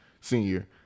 senior